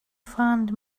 find